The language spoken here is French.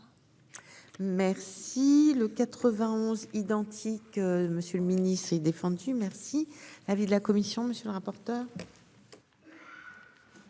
Merci le 91 identique. Monsieur le Ministre, s'est défendu merci l'avis de la commission, monsieur le rapport.